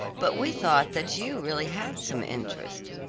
but we thought that you really had some interest.